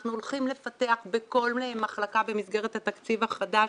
אנחנו הולכים לפתח בכל מחלקה במסגרת התקציב החדש